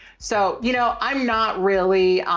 so, you know, i'm not really,